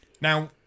Now